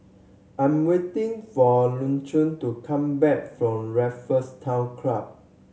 I am waiting for to come back from Raffles Town Club